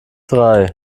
drei